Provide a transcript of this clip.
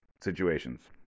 situations